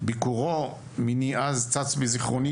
ביקורו מני אז צץ מזיכרוני,